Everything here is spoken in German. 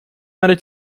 meine